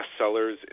bestsellers